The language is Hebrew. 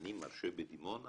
אני מרשה בדימונה